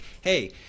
hey